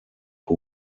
who